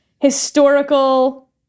historical